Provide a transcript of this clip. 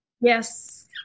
Yes